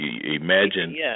Imagine